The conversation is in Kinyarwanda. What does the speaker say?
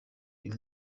uyu